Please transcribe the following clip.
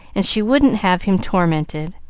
and she wouldn't have him tormented.